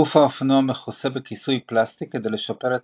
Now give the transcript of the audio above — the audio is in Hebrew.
גוף האופנוע מכוסה בכיסויי פלסטיק כדי לשפר את